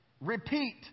repeat